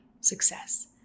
success